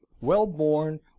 well-born